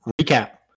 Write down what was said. Recap